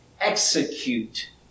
Execute